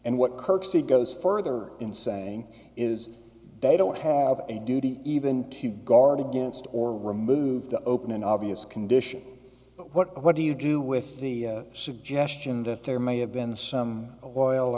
and what kirk said goes further in saying is they don't have a duty even to guard against or remove the open and obvious condition but what do you do with the suggestion that there may have been some oil